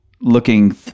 looking